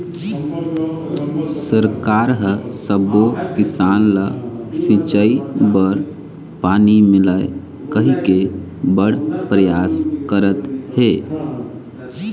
सरकार ह सब्बो किसान ल सिंचई बर पानी मिलय कहिके बड़ परयास करत हे